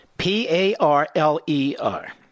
P-A-R-L-E-R